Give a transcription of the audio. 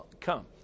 come